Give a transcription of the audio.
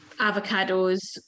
avocados